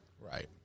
Right